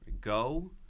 Go